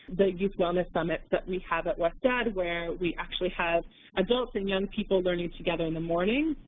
the youth wellness summits that we have at wested, where we actually have adults and young people learning together in the morning,